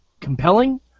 compelling